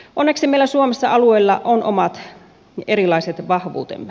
onneksi meillä suomessa alueilla on omat erilaiset vahvuutemme